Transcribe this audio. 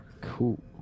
Cool